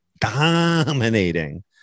dominating